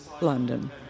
London